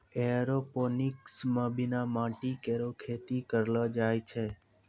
aeroponics म बिना माटी केरो खेती करलो जाय छै